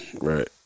Right